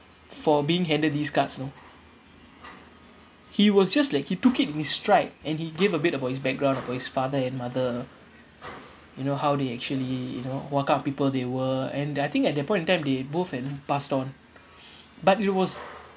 for being handed these cards you know he was just like he took it with stride and he give a bit about his background about his father and mother you know how they actually you know what kind of people they were and I think at that point in time they both you know passed on but it was